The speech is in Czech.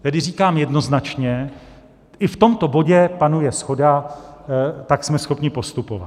Tedy říkám jednoznačně, i v tomto bodě panuje shoda, tak jsme schopni postupovat.